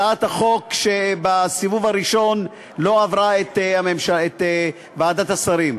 שהצעת החוק בסיבוב הראשון לא עברה את ועדת השרים.